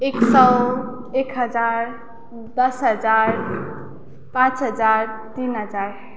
एक सय एक हजार दस हजार पाँच हजार तिन हजार